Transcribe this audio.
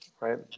Right